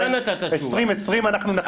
2020 אנחנו נכניס את זה --- אתה נתת תשובה.